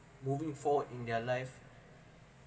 moving forward in their life